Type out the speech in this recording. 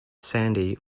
sandy